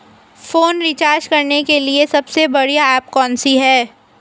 Phone recharge करने के लिए सबसे बढ़िया ऐप कौन सी है?